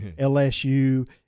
LSU